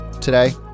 today